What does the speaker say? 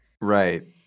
Right